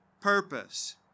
purpose